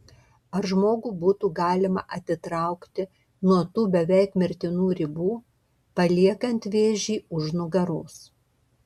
ar žmogų būtų galima atitraukti nuo tų beveik mirtinų ribų paliekant vėžį už nugaros